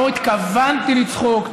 לא התכוונתי לצחוק,